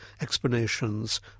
explanations